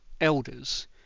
elders